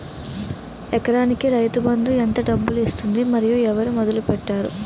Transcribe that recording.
ఎకరానికి రైతు బందు ఎంత డబ్బులు ఇస్తుంది? మరియు ఎవరు మొదల పెట్టారు?